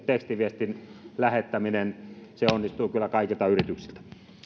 kuin tekstiviestin lähettäminen se onnistuu kyllä kaikilta yrityksiltä